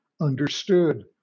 understood